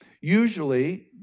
Usually